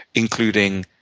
including